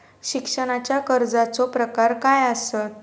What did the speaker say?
शिक्षणाच्या कर्जाचो प्रकार काय आसत?